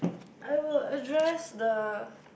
I will address the